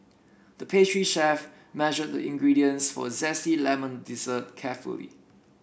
the pastry chef measured the ingredients for a zesty lemon dessert carefully